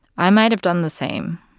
i might have done the same.